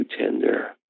tender